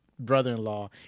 brother-in-law